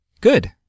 Good